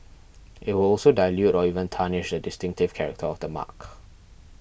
it will also dilute or even tarnish the distinctive character of the mark